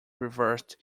reversed